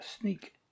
sneak